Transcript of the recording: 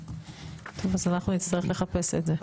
אז אנחנו נצטרך לחפש את זה.